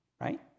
Right